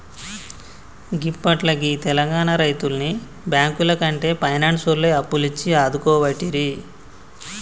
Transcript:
గిప్పట్ల గీ తెలంగాణ రైతుల్ని బాంకులకంటే పైనాన్సోల్లే అప్పులిచ్చి ఆదుకోవట్టిరి